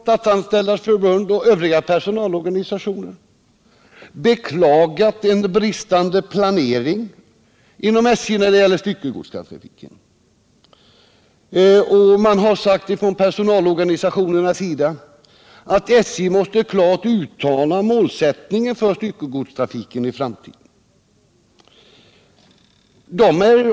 Statsanställdas förbund och övriga personalorganisationer har beklagat den bristande planeringen inom SJ när det gäller styckegodstrafiken och framfört som sin mening att SJ måste klart uttala målsättningen för styckegodstrafiken i framtiden.